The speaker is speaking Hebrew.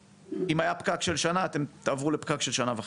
אם היה פקק של שנה, אתם תעברו לפקק של שנה וחצי.